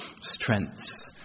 strengths